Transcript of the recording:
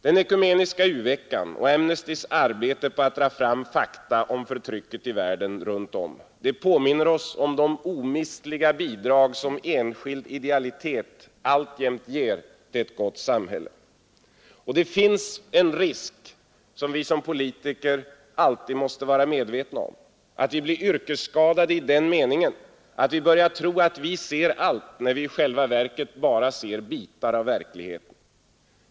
Den ekumeniska u-veckan och Amnestys arbete på att dra fram fakta om förtrycket världen runt påminner oss om de omistliga bidrag som enskild idealitet alltjämt ger till ett gott samhälle. Det finns en risk som vi som politiker alltid måste vara medvetna om — att vi blir yrkesskadade i den meningen att vi börjar tro att vi ser allt när vi i själva verket bara ser bitar av verkligheten.